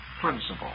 principle